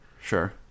sure